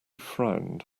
frowned